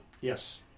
Yes